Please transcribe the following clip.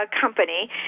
company